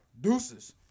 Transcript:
deuces